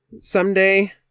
Someday